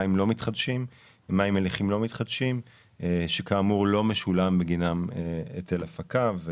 מים מליחים לא מתחדשים שלא משולם בגינם היטל הפקה.